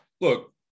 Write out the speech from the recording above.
look